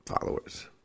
followers